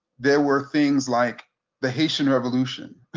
there were things like the haitian revolution,